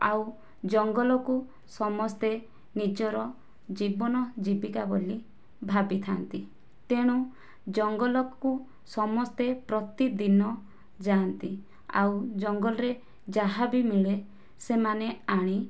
ଆଉ ଜଙ୍ଗଲକୁ ସମସ୍ତେ ନିଜର ଜୀବନ ଜୀବିକା ବୋଲି ଭାବିଥାନ୍ତି ତେଣୁ ଜଙ୍ଗଲକୁ ସମସ୍ତେ ପ୍ରତିଦିନ ଯାଆନ୍ତି ଆଉ ଜଙ୍ଗଲରେ ଯାହା ବି ମିଳେ ସେମାନେ ଆଣି